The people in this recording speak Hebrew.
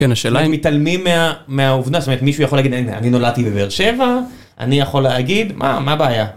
כן השאלה אם מתעלמים מהעובדה, זאת אומרת מישהו יכול להגיד, אני נולדתי בבאר שבע, אני יכול להגיד, מה הבעיה?